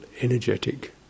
energetic